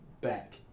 back